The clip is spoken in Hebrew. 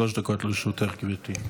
שלוש דקות לרשותך, גברתי.